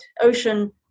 ocean